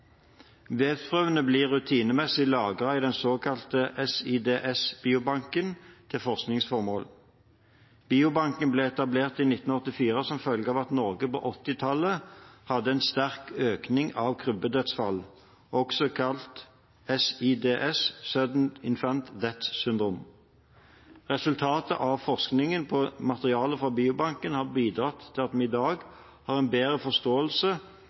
Vevsprøvene blir rutinemessig lagret i den såkalte SIDS-biobanken til forskningsformål. Biobanken ble etablert i 1984 som følge av at Norge på 1980-tallet hadde en sterk økning av krybbedødsfall, også kalt SIDS, Sudden Infant Death Syndrome. Resultatet av forskningen på materialet fra biobanken har bidratt til at vi i dag har en bedre forståelse